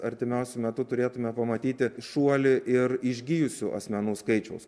artimiausiu metu turėtume pamatyti šuolį ir išgijusių asmenų skaičiaus